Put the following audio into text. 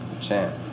Champ